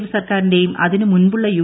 F സർക്കാരിന്റെയും അതിനു മുൻപുള്ള യു